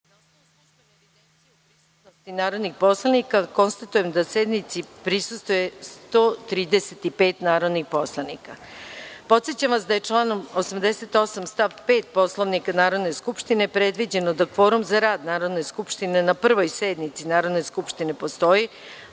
osnovu službene evidencije o prisutnosti narodnih poslanika, konstatujem da sednici prisustvuje 135 narodnih poslanika. Podsećam vas da je članom 88. stav 5. Poslovnika Narodne skupštine predviđeno da kvorum za rad Narodne skupštine na Prvoj sednici Narodne skupštine postoji